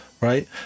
right